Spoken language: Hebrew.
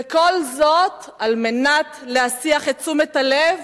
וכל זאת על מנת להסיח את תשומת הלב